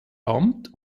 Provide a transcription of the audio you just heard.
amt